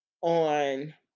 on